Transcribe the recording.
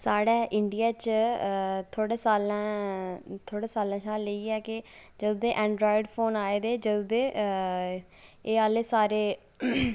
साढ़ै इंडिया च थोह्ड़े सालें थमां लेइयै कि जदूं दे ऐंडराएड फोन आए दे जदूं दे एह् आह्ले सारे